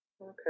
Okay